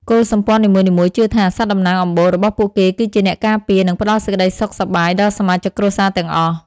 កុលសម្ព័ន្ធនីមួយៗជឿថា សត្វតំណាងអំបូររបស់ពួកគេគឺជាអ្នកការពារ និងផ្តល់សេចក្តីសុខសប្បាយដល់សមាជិកគ្រួសារទាំងអស់។